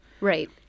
Right